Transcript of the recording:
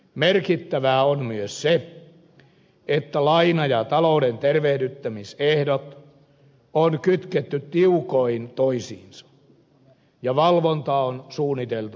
merkittävää on myös se että laina ja talouden tervehdyttämisehdot on kytketty tiukoin toisiinsa ja valvonta on suunniteltu huolellisesti